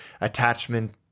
attachment